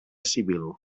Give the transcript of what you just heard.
civil